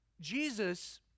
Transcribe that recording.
Jesus